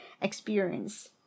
experience